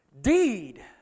deed